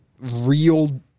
real